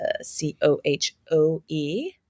C-O-H-O-E